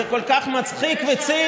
זה כל כך מצחיק וציני.